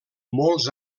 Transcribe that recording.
molts